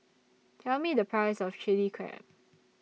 Tell Me The Price of Chili Crab